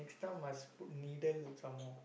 next time must put needle some more